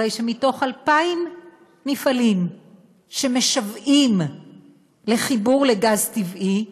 הרי מתוך 2,000 מפעלים שמשוועים לחיבור לגז הטבעי,